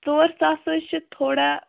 ژور ساس حظ چھ تھوڑا